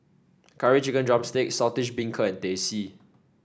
Curry Chicken drumstick Saltish Beancurd and Teh C